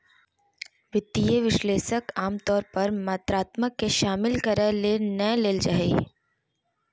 वित्तीय विश्लेषक आमतौर पर मात्रात्मक के शामिल करय ले नै लेल जा हइ